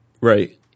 right